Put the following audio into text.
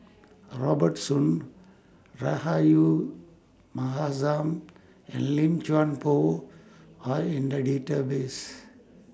Robert Soon Rahayu Mahzam and Lim Chuan Poh Are in The Database